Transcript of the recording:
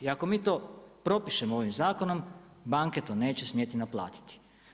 I ako mi to propišemo ovim zakonom, banke to neće smijete naplatiti.